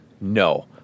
No